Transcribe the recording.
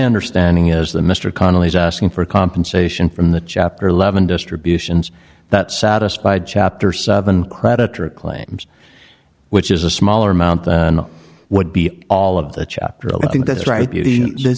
understanding is that mr connelly's asking for compensation from the chapter eleven distributions that satisfied chapter seven creditor claims which is a smaller amount than would be all of the